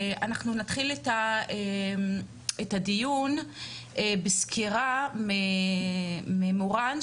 אנחנו נתחיל את הדיון בסקירה של מורן חדד ממשרד הביטחון,